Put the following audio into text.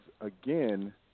again